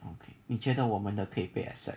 okay 你觉得我们的被 accept